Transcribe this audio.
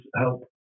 help